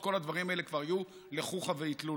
כל הדברים האלה כבר היו לחוכא ואטלולא.